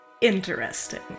interesting